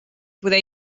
poder